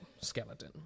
skeleton